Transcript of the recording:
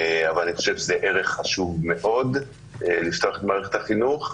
אבל אני חושב שזה ערך חשוב מאוד לפתוח את מערכת החינוך,